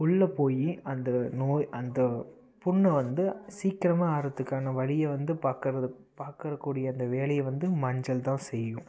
உள்ள போய் அந்த நோய் அந்த புண்ணை வந்து சீக்கிரமாக ஆறத்துக்கான வழியை வந்து பார்க்கறது பார்க்கறக்கூடிய அந்த வேலையை வந்து மஞ்சள் தான் செய்யும்